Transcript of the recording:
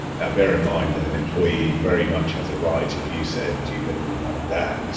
now bear in mind that an employee very much has a right if you said, do you live with your mom and dad?